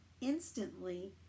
instantly